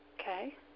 Okay